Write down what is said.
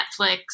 Netflix